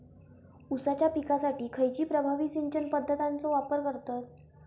ऊसाच्या पिकासाठी खैयची प्रभावी सिंचन पद्धताचो वापर करतत?